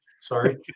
Sorry